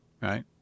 right